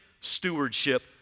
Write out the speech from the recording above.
stewardship